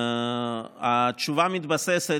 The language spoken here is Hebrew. התשובה מתבססת,